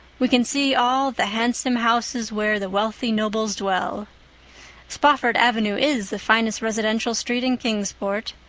we can see all the handsome houses where the wealthy nobles dwell spofford avenue is the finest residential street in kingsport.